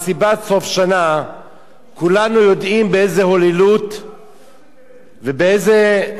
כולנו יודעים באיזה הוללות ובאיזה סגנון של